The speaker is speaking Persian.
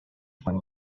کنید